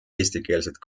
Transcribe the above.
eestikeelset